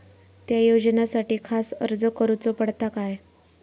त्या योजनासाठी खास अर्ज करूचो पडता काय?